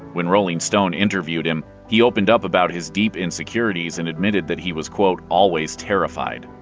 when rolling stone interviewed him, he opened up about his deep insecurities, and admitted that he was, quote, always terrified.